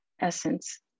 essence